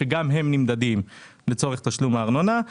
שגם הם נמדדים לצורך תשלום הארנונה;